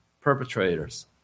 perpetrators